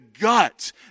gut